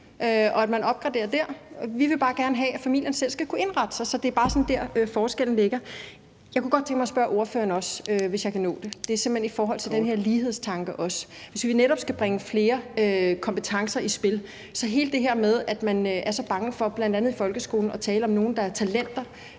og at man opgraderer der. Vi vil bare gerne have, at familierne selv skal kunne indrette sig. Så det er bare der, forskellen ligger. Jeg kunne godt tænke mig også at spørge ordføreren, hvis jeg kan nå det, om den her lighedstanke. I forhold til hele det her med, at man er så bange for, bl.a. i folkeskolen, at tale om nogle, der er talenter